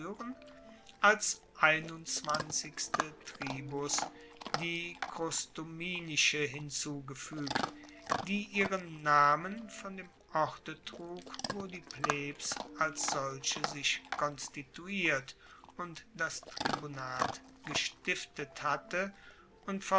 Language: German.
als einundzwanzigste tribus die crustuminische hinzugefuegt die ihren namen von dem orte trug wo die plebs als solche sich konstituiert und das tribunat gestiftet hatte und